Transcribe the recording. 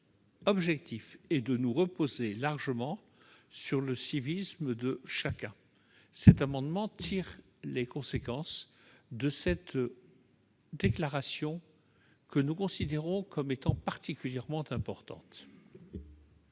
objectif est de nous reposer largement sur le civisme de chacun. » Cet amendement vise à tirer les conséquences de cette déclaration, que nous jugeons particulièrement importante.